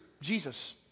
Jesus